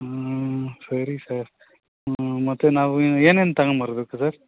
ಹಾಂ ಸರಿ ಸರ್ ಹಾಂ ಮತ್ತು ನಾವು ಏನೇನು ತಗೊಂಬರ್ಬೇಕು ಸರ್